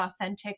authentic